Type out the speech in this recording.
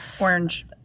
Orange